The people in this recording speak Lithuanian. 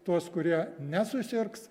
tuos kurie nesusirgs